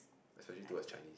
especially towards Chinese